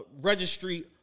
registry